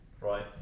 right